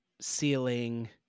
ceiling